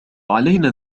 علينا